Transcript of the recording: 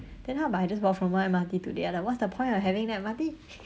then how about I just walk from one M_R_T to the other what's the point of having the M_R_T